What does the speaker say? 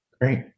Great